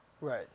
Right